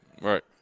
right